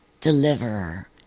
Deliverer